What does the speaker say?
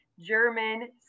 German